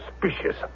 suspicious